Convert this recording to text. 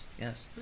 yes